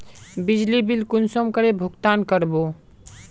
बिजली बिल कुंसम करे भुगतान कर बो?